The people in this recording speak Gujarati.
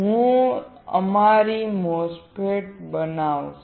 હું અમારી MOSFET બાનવીશ